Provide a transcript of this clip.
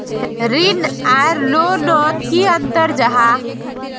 ऋण आर लोन नोत की अंतर जाहा?